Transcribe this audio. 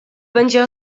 będzie